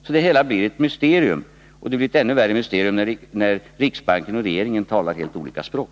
Det hela blir därför ett mysterium, och mysteriet blir ännu större, eftersom riksbanken och regeringen talar helt olika språk.